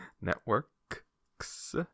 Networks